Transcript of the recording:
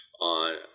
on